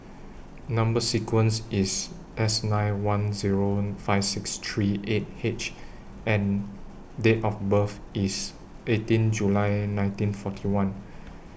Number sequence IS S nine one Zero five six three eight H and Date of birth IS eighteen July nineteen forty one